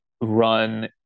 run